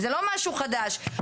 זה לא משהו חדש.